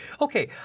Okay